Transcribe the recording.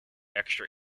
extra